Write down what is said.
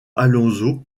alonso